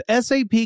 SAP